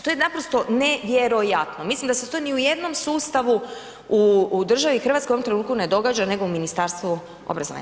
To je naprosto nevjerojatno, mislim da se to ni u jednom sustavu u državi Hrvatskoj, u ovom trenutku ne događa nego u Ministarstvu obrazovanja.